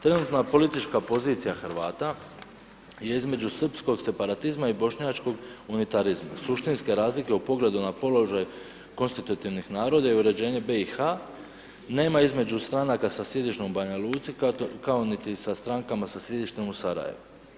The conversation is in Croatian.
Trenutna politička pozicija Hrvata je između srpskog separatizma i bošnjačkog unitarizma, suštinske razlike u pogledu na položaj konstitutivnih naroda i uređenje BiH nema između stranaka sa sjedištem u Banja Luci, kako niti sa strankama sa sjedištem u Sarajevu.